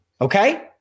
Okay